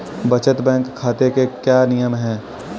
बचत बैंक खाते के क्या क्या नियम हैं?